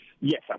Yes